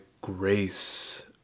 grace